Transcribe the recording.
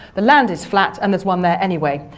the land is flat and there's one there anyway.